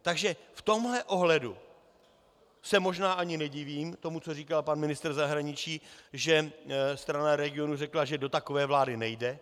V tomhle ohledu se možná ani nedivím tomu, co říkal pan ministr zahraničí, že Strana regionů řekla, že do takové vlády nejde.